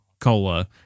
cola